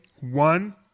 one